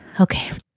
Okay